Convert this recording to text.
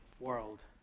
world